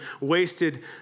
wasted